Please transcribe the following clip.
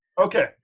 Okay